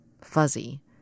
fuzzy